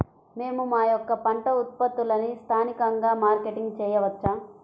మేము మా యొక్క పంట ఉత్పత్తులని స్థానికంగా మార్కెటింగ్ చేయవచ్చా?